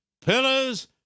pillars